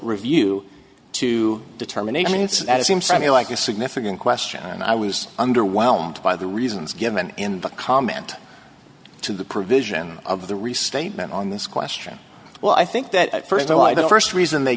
review to determine eight minutes as seems to me like a significant question and i was underwhelmed by the reasons given in the comment to the provision of the restatement on this question well i think that at first i didn't first reason they